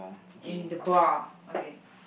and the bar okay